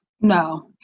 no